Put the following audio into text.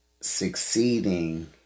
succeeding